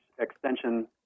extension